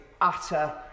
utter